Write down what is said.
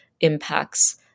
impacts